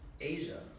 Asia